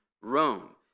Rome